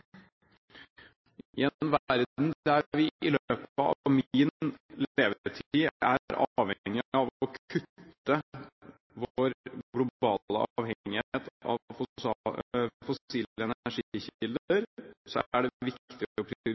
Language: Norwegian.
vi i løpet av min levetid er avhengig av å kutte vår globale avhengighet av fossile energikilder, er det viktig å